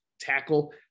tackle